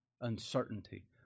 uncertainty